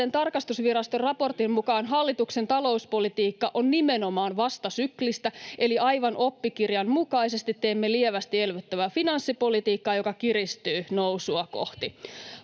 tarkastusviraston raportin mukaan hallituksen talouspolitiikka on nimenomaan vastasyklistä, eli aivan oppikirjan mukaisesti teemme lievästi elvyttävää finanssipolitiikkaa, joka kiristyy nousua kohti.